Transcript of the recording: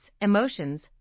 emotions